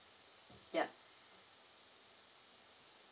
yup